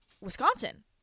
wisconsin